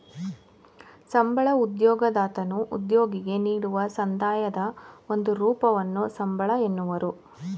ಸಂಬಳ ಉದ್ಯೋಗದತನು ಉದ್ಯೋಗಿಗೆ ನೀಡುವ ಸಂದಾಯದ ಒಂದು ರೂಪವನ್ನು ಸಂಬಳ ಎನ್ನುವರು